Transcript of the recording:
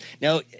Now